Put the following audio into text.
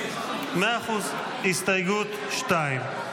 בעמ' 6?